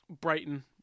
Brighton